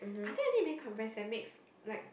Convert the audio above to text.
I think I need makeup brands that makes like